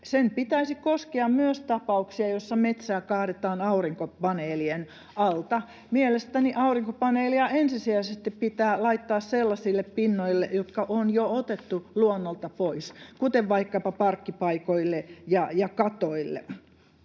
pitäisi koskea myös tapauksia, joissa metsää kaadetaan aurinkopaneelien alta. Mielestäni aurinkopaneeleja ensisijaisesti pitää laittaa sellaisille pinnoille, jotka on jo otettu luonnolta pois, vaikkapa parkkipaikoille ja katoille.